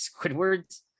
Squidward's